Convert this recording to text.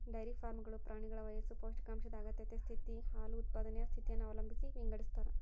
dairy ಫಾರ್ಮ್ಗಳು ಪ್ರಾಣಿಗಳ ವಯಸ್ಸು ಪೌಷ್ಟಿಕಾಂಶದ ಅಗತ್ಯತೆ ಸ್ಥಿತಿ, ಹಾಲು ಉತ್ಪಾದನೆಯ ಸ್ಥಿತಿಯನ್ನು ಅವಲಂಬಿಸಿ ವಿಂಗಡಿಸತಾರ